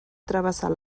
travessar